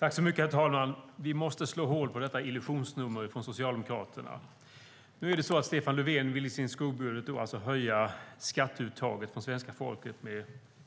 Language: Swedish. Herr talman! Vi måste slå hål på detta illusionsnummer från Socialdemokraterna. Stefan Löfven vill i sin skuggbudget höja skatteuttaget från svenska folket med